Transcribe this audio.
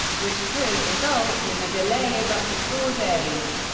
which could result in a delay of up to four days.